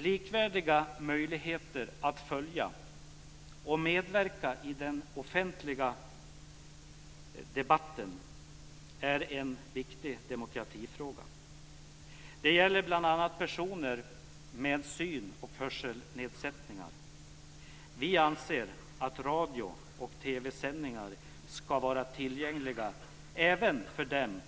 Likvärdiga möjligheter att följa och medverka i den offentliga debatten är en viktig demokratifråga. Det gäller bl.a. personer med syn och hörselnedsättningar. Vi anser att radio och TV sändningar ska vara tillgängliga även för dem